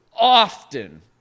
often